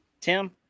tim